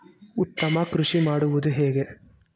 ಉತ್ತಮ ಕೃಷಿ ಮಾಡುವುದು ಹೇಗೆ?